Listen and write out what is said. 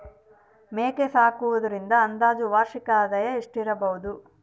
ಮೇಕೆ ಸಾಕುವುದರಿಂದ ಅಂದಾಜು ವಾರ್ಷಿಕ ಆದಾಯ ಎಷ್ಟಿರಬಹುದು?